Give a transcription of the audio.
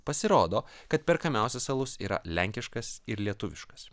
pasirodo kad perkamiausias alus yra lenkiškas ir lietuviškas